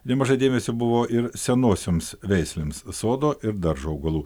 nemaža dėmesio buvo ir senosioms veislėms sodo ir daržo augalų